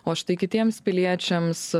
o štai kitiems piliečiams